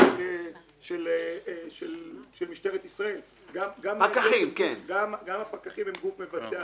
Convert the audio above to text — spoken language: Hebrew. של משטרת ישראל אלא גם הפקחים הם גוף מבצע.